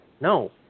no